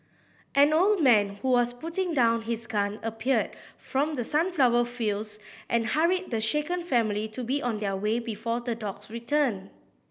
an old man who was putting down his gun appeared from the sunflower fields and hurried the shaken family to be on their way before the dogs return